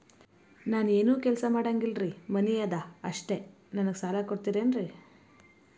ನಾನು ಏನು ಕೆಲಸ ಮಾಡಂಗಿಲ್ರಿ ಮನಿ ಅದ ಅಷ್ಟ ನನಗೆ ಸಾಲ ಕೊಡ್ತಿರೇನ್ರಿ?